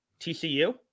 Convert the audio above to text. TCU